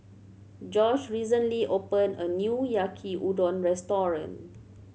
Josh recently opened a new Yaki Udon Restaurant